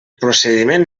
procediment